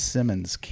Simmons